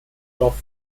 dorf